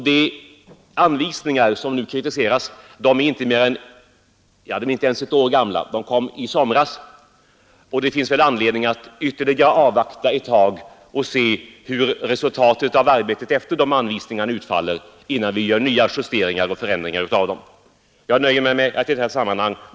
De anvisningar som nu kritiseras är inte ens ett år gamla — de kom i somras — och det finns väl anledning att avvakta ytterligare ett tag och se hur resultatet av arbetet efter dessa anvisningar utfaller, innan vi gör nya justeringar och förändringar. Herr talman!